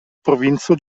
provinco